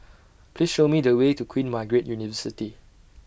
Please Show Me The Way to Queen Margaret University